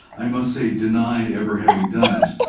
i must say, denied ever having done it,